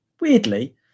weirdly